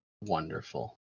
Wonderful